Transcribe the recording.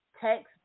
text